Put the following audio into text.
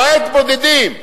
למעט בודדים,